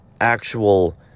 actual